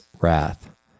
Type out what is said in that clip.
wrath